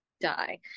die